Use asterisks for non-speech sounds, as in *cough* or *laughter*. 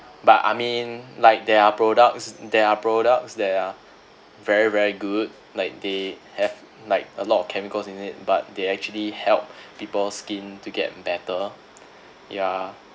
but I mean like there are products there are products that are very very good like they have like a lot of chemicals in it but they actually help *breath* people skin to get better ya